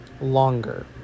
longer